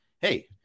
hey